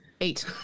Eight